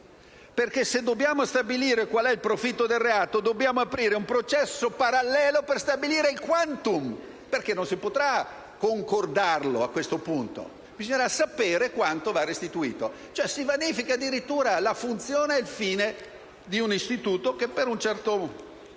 perché se dobbiamo stabilire qual è il profitto del reato, dobbiamo aprire un processo parallelo per stabilire il *quantum*, perché non si potrà concordarlo, a questo punto, ma bisognerà sapere quanto va restituito. Si vanificano quindi addirittura la funzione ed il fine di un istituto che, in un certo modo,